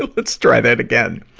let's try that again.